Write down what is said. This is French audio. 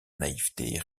naïveté